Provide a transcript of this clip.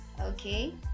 Okay